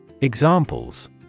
Examples